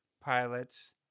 pilots